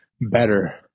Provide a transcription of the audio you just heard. better